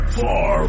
far